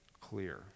clear